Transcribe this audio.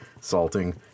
salting